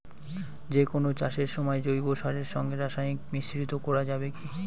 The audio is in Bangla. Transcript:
যে কোন চাষের সময় জৈব সারের সঙ্গে রাসায়নিক মিশ্রিত করা যাবে কি?